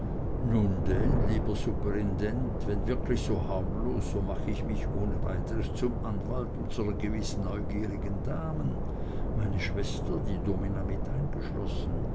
lieber superintendent wenn wirklich so harmlos so mach ich mich ohne weiteres zum anwalt unsrer gewiß neugierigen damen meine schwester die domina mit eingeschlossen